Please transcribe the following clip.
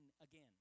again